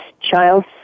Child